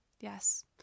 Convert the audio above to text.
Yes